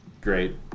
Great